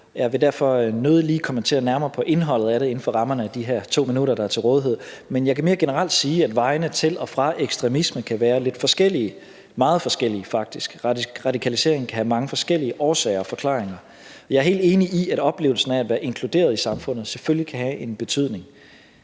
Jeg vil derfor nødig kommentere nærmere på indholdet af det inden for rammerne af de her 2 minutter, der er til rådighed. Men jeg kan mere generelt sige, at vejene til og fra ekstremisme kan være lidt forskellige, faktisk meget forskellige – radikaliseringen kan have mange forskellige årsager og forklaringer. Jeg er helt enig i, at oplevelsen af at være inkluderet i samfundet selvfølgelig kan have en betydning.